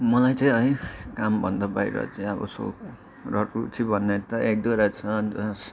मलाई चाहिँ है कामभन्दा बाहिर चाहिँ अब यसो रुचि भन्दा एक दुईवटा छ